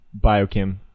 biochem